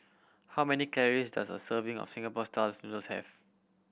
how many calories does a serving of Singapore styles noodles have